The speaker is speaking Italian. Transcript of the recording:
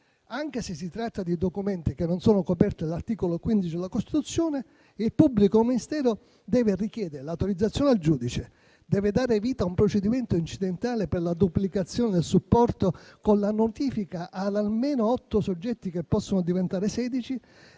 anche se si tratta di documenti che non sono coperti dall'articolo 15 della Costituzione, il pubblico ministero deve richiedere l'autorizzazione al giudice, deve dare vita a un procedimento incidentale per la duplicazione del supporto, con la notifica ad almeno otto soggetti, che possono diventare